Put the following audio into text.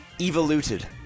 evoluted